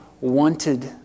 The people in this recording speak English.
wanted